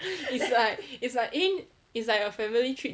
it's like it's like eh it's like a family trip